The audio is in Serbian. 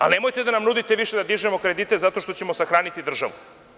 Ali, nemojte da nam nudite više da dižemo kredite, zato što ćemo sahraniti državu.